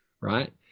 right